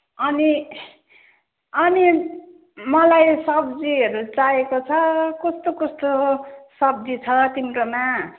अनि अनि मलाई सब्जीहरू चाहिएको छ कस्तो कस्तो सब्जी छ तिम्रोमा